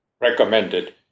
recommended